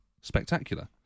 spectacular